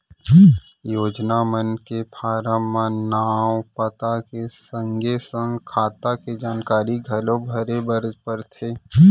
योजना मन के फारम म नांव, पता के संगे संग खाता के जानकारी घलौ भरे बर परथे